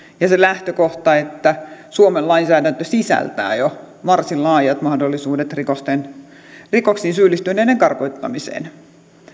ja se lähtökohta että suomen lainsäädäntö sisältää jo varsin laajat mahdollisuudet rikoksiin syyllistyneiden karkottamiseen